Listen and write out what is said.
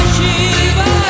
Shiva